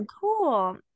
cool